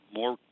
more